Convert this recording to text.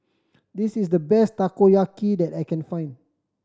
this is the best Takoyaki that I can find